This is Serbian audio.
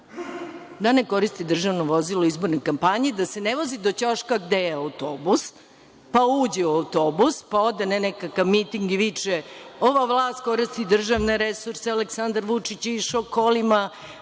Da ne koristi državno vozilo u izbornoj kampanji, da se ne vozi do ćoška gde je autobus, pa uđe u autobus, pa ode na nekakav miting i viče – ova vlast koristi državne resurse, Aleksandar Vučić je išao kolima